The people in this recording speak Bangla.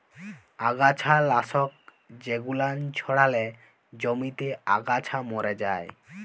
আগাছা লাশক জেগুলান ছড়ালে জমিতে আগাছা ম্যরে যায়